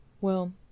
Well